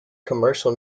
commercial